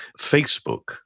Facebook